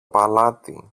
παλάτι